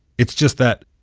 it's just that,